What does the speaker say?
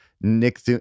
nick